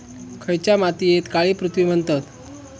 खयच्या मातीयेक काळी पृथ्वी म्हणतत?